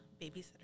babysitter